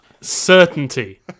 certainty